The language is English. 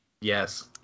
Yes